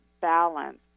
balance